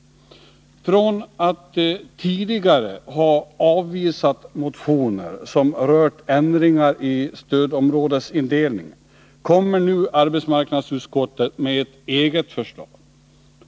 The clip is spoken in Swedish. Från att tidigare ha avvisat motioner som rört ändringar i stödområdes indelningen kommer nu arbetsmarknadsutskottet med ett eget förslag.